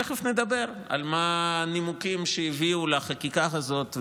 תכף נדבר על מה הנימוקים שהביאו לחקיקה הזאת ולמה.